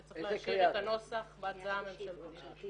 וצריך להשאיר את הנוסח בהצעה הממשלתית.